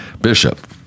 Bishop